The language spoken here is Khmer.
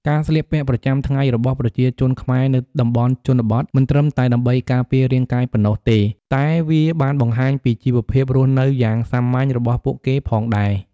ការស្លៀកពាក់ប្រចាំថ្ងៃរបស់ប្រជាជនខ្មែរនៅតំបន់ជនបទមិនត្រឹមតែដើម្បីការពាររាងកាយប៉ុណ្ណោះទេ តែវាបានបង្ហាញពីជីវភាពរស់នៅយ៉ាងសាមញ្ញរបស់ពួកគេផងដែរ។